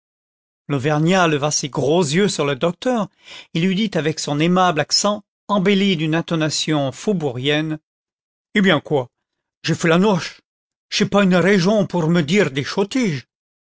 l'auvergnat leva ses gros yeux sur le docteur cl lui dit avec son aimable accent embelli d'une intonation faubourienne eh bien quoi j'ai fait la noche ch'est pas une raigeon pour me dire des chottiges